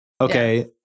okay